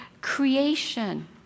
Creation